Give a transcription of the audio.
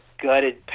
Gutted